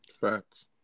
Facts